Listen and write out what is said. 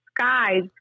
skies